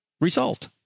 result